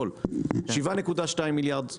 7.2 מיליארד מחזור,